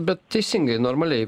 bet teisingai normaliai